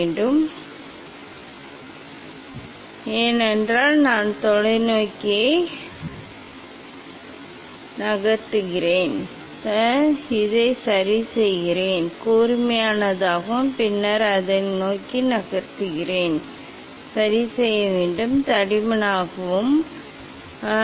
மீண்டும் நான் கோணத்தை அதிகரிப்பேன் சரி நான் இதை சரிசெய்வேன் ஏனென்றால் நான் தொலைநோக்கியை நோக்கி நகர்கிறேன் இதை சரிசெய்கிறேன் இது ஏற்கனவே கூர்மையானது பின்னர் இதை நான் நோக்கி நகர்கிறேன் எனவே இதை நான் சரிசெய்ய வேண்டும் தடிமனாக ஆம்